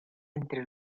entre